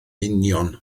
union